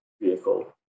vehicle